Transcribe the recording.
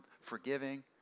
forgiving